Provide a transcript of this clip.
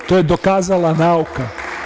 To je dokazala nauka.